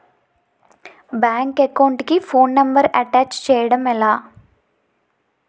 Bank account కి phone number attach చేయడం ఎలా?